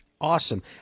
Awesome